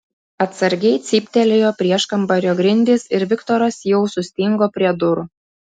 atsargiai cyptelėjo prieškambario grindys ir viktoras jau sustingo prie durų